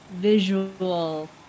visual